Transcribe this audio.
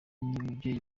umubyeyi